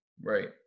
right